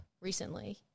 recently